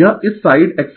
यह इस side XL से अधिक है